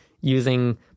using